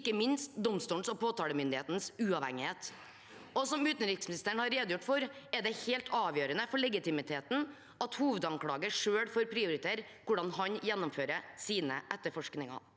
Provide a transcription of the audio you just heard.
ikke minst domstolens og påtalemyndighetens uavhengighet. Som utenriksministeren har redegjort for, er det helt avgjørende for legitimiteten at hovedanklageren selv får prioritere hvordan han gjennomfører sine etterforskninger.